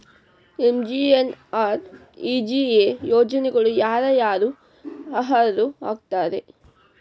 MGNREGA ಯೋಜನೆಗೆ ಯಾರ ಯಾರು ಅರ್ಹರು ಆಗ್ತಾರ?